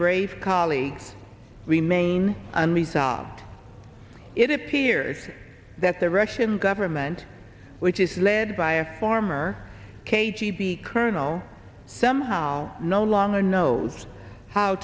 brave colleagues remain unresolved it appears that the russian government which is led by a former k g b colonel somehow no longer knows how